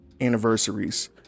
anniversaries